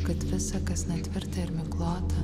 kad visa kas netvirta ir miglota